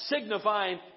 signifying